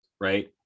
right